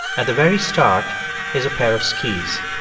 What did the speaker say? at the very start is a pair of skis.